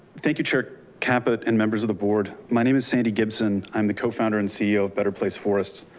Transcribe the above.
thank you chair caput and members of the board. my name is sandy gibson. i'm the co founder and ceo of better place forests.